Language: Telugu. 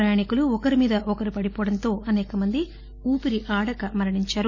ప్రయాణికులు ఒకరిమీద ఒకరు పడిపోవడంతో అసేకమంది ఊపిరి ఆడక మరణించారు